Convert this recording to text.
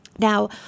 Now